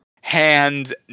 Hands